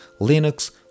Linux